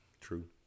True